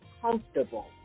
comfortable